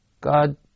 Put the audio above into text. God